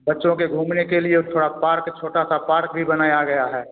बच्चों के घूमने के लिए थोड़ा पार्क छोटा सा पार्क भी बनाया गया है